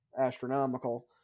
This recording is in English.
Astronomical